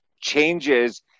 changes